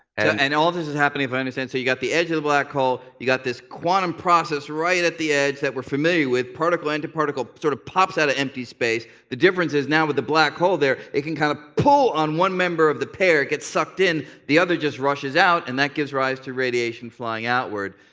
and all this is happening, if i understand so you got the edge of the black hole, you got this quantum process right at the edge that we're familiar with. particle and anti-particle sort of pop out of empty space. the difference is, now with the black hole there, it can kind of pull on one member of the pair, get sucked in, the other just rushes out, and that gives rise to radiation flying outward.